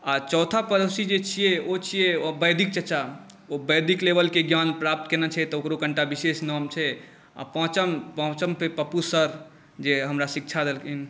आओर चौथा पड़ोसी जे छिए ओ छिए वैदिक चचा ओ वैदिक लेवलके ज्ञान प्राप्त केने छै तऽ ओकरो कनिटा विशेष नाम छै आओर पाँचम पाँचमपर पप्पू सर जे हमरा शिक्षा देलखिन